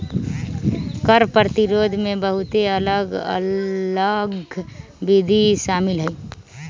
कर प्रतिरोध में बहुते अलग अल्लग विधि शामिल हइ